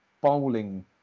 bowling